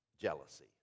Jealousy